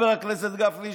חבר הכנסת גפני,